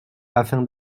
afin